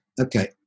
Okay